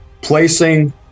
placing